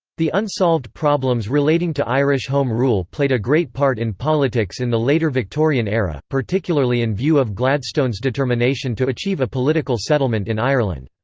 the unsolved problems relating to irish home rule played a great part in politics in the later victorian era, particularly in view of gladstone's determination to achieve a political settlement in ireland.